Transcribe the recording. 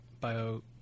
bio